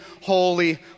holy